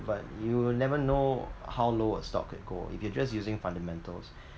but you'll never know how low a stock could go if you're just using fundamentals